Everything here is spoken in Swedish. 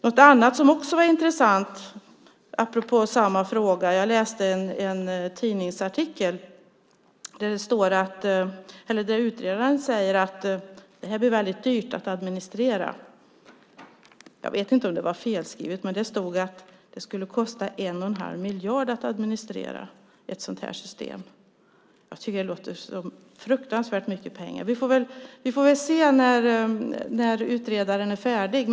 Något annat som också är intressant, apropå samma fråga, är en tidningsartikel som jag läste där utredaren säger att det blir väldigt dyrt att administrera. Jag vet inte om det var felskrivet, men det stod att det skulle kosta 1 1⁄2 miljard att administrera ett sådant system. Jag tycker att det låter som fruktansvärt mycket pengar. Vi får väl se när utredaren är färdig.